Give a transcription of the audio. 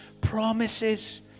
promises